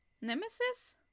Nemesis